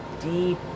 deep